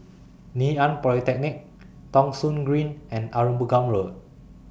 Ngee Ann Polytechnic Thong Soon Green and Arumugam Road